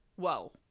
whoa